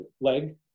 leg